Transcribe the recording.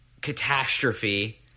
catastrophe